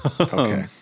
okay